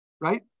right